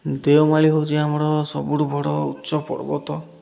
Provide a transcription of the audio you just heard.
ଦେଓମାଳି ହେଉଛି ଆମର ସବୁଠୁ ବଡ଼ ଉଚ୍ଚ ପର୍ବତ